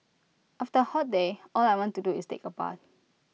after A hot day all I want to do is take A bath